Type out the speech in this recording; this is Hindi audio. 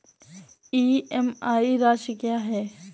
ई.एम.आई राशि क्या है?